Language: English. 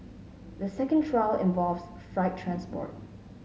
the second trial involves freight transport